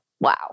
wow